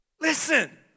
Listen